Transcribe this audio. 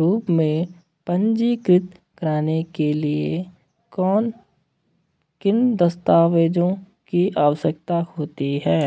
रूप में पंजीकृत कराने के लिए किन किन दस्तावेज़ों की आवश्यकता होती है?